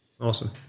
Awesome